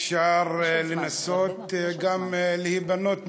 אפשר לנסות גם להיבנות ממנה,